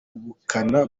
ubukana